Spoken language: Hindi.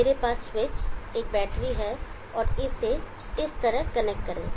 मेरे पास स्विच एक बैटरी है और इसे इस तरह कनेक्ट करें